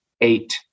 eight